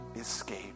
escape